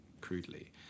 crudely